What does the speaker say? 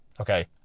okay